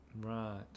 Right